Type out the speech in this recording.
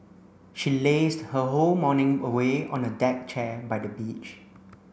she lazed her whole morning away on a deck chair by the beach